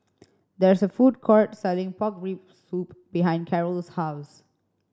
there is a food court selling pork rib soup behind Carole's house